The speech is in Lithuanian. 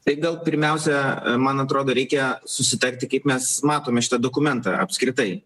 tai gal pirmiausia man atrodo reikia susitarti kaip mes matome šitą dokumentą apskritai